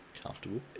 comfortable